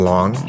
Long